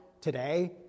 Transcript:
today